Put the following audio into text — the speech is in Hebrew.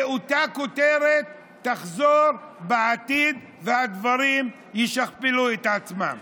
ואותה כותרת תחזור בעתיד, והדברים ישכפלו את עצמם.